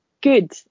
Good